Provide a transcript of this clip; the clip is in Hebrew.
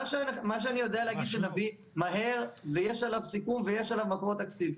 מה שאני יודע להגיד זה להביא מהר ויש עליו סיכום ויש עליו מקורות תקציב.